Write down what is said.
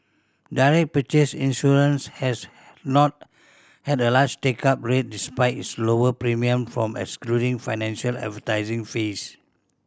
direct purchase insurance has not had a large take up rate despite its lower premiums from excluding financial advising fees